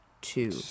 two